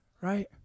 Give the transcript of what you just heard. Right